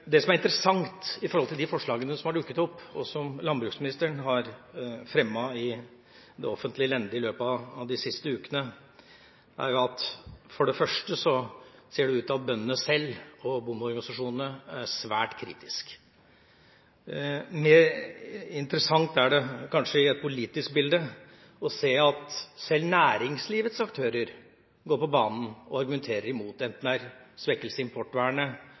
Det som er interessant i de forslagene som har dukket opp, og som landbruksministeren har fremmet i det offentlige lende i løpet av de siste ukene, er at det for det første ser ut til at bøndene selv og bondeorganisasjonene er svært kritiske. Mer interessant er det kanskje i et politisk bilde å se at selv næringslivets aktører går på banen og argumenterer imot, enten det er